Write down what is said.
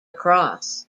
across